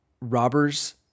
robbers